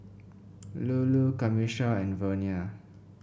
Lulu Camisha and Vernia